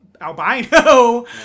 albino